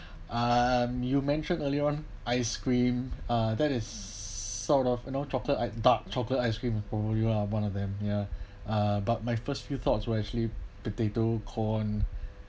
um you mentioned earlier on ice cream uh that is sort of you know chocolate I dark chocolate ice cream oh you are one of them ya uh but my first few thoughts were actually potatoes corn